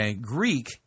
Greek